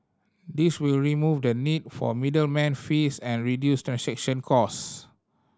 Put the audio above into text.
this will remove the need for middleman fees and reduce transaction cost